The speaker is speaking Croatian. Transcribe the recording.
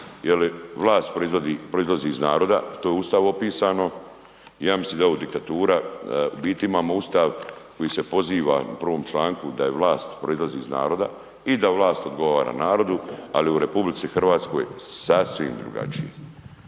jeli vlast proizlazi iz naroda što je u Ustavu opisano. I ja mislim da je ovo diktatura, u biti imamo Ustav koji se poziva u prvom članku da vlast proizlazi iz naroda i da vlast odgovara narodu, ali u RH sasvim drugačije.